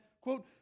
quote